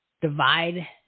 divide